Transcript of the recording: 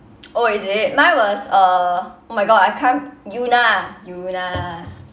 oh is it mine was uh oh my god I can't yoona yoona